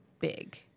big